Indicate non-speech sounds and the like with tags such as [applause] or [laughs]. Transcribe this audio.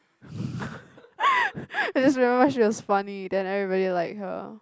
[laughs] I just remember she was funny then everybody like her